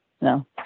no